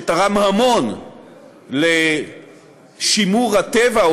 שתרם המון לשימור הטבע,